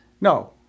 No